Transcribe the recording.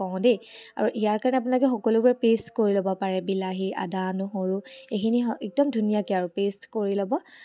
কওঁ দেই আৰু ইয়াৰ কাৰণে আপোনালোকে সকলোবোৰে পেষ্ট কৰি ল'ব পাৰে বিলাহী আদা নহৰু এইখিনি একদম ধুনীয়াকৈ আৰু পেষ্ট কৰি ল'ব